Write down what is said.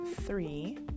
three